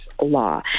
law